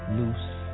loose